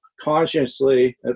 consciously